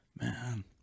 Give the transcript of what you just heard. man